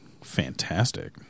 fantastic